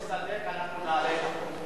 אנחנו לא נצטדק, אנחנו נעלה את החוק.